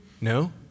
No